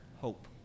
hope